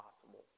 possible